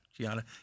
Gianna